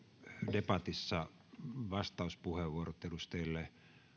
debatissa vastauspuheenvuorot edustajille